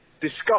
Discuss